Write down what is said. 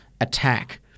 attack